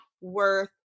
worth